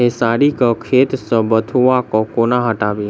खेसारी केँ खेत सऽ बथुआ केँ कोना हटाबी